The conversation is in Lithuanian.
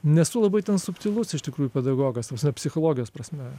nesu labai ten subtilus iš tikrųjų pedagogas psichologijos prasme